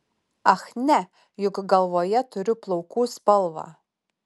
ach ne juk galvoje turiu plaukų spalvą